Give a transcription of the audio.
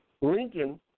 Lincoln